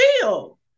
feel